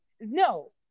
No